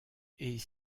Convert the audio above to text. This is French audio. est